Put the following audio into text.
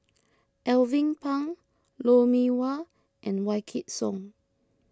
Alvin Pang Lou Mee Wah and Wykidd Song